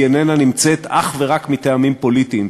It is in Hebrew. איננה נמצאת אך ורק מטעמים פוליטיים,